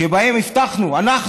שבו הבטחנו אנחנו,